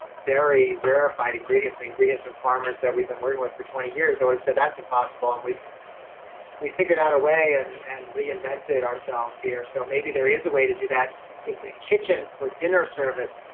very verified ingredients, with ingredients from farmers that we've been working with for twenty years? i wouldn't say that's impossible and which we figured out a way and and reinvented ourselves here. so maybe there is a way to do that in the kitchen for dinner service,